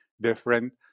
different